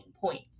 points